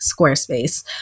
Squarespace